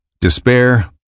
despair